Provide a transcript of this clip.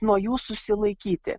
nuo jų susilaikyti